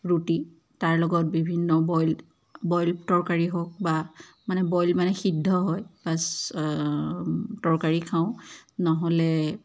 ৰুটি তাৰ লগত বিভিন্ন বইল বইল তৰকাৰী হওক বা মানে বইল মানে সিদ্ধ হয় বাছ তৰকাৰী খাওঁ নহ'লে